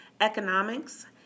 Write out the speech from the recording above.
economics